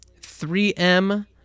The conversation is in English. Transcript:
3M